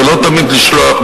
ולא תמיד לשלוח,